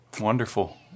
wonderful